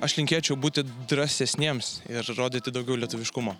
aš linkėčiau būti drąsesniems ir rodyti daugiau lietuviškumo